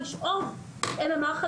אכן,